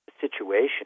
situation